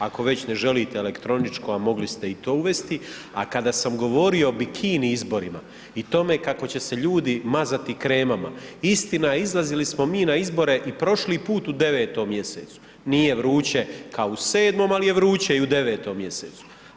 Ako već ne želite elektroničko, a mogli ste i to uvesti, a kada sam govorio o bikini izborima i tome kako će se ljudi mazati kremama, istina je, izlazili smo mi na izbore i prošli put u 9. mj., nije vruće kao u 7., ali je vruće i u 9. mj.